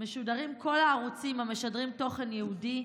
משודרים כל הערוצים המשדרים תוכן יהודי,